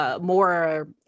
more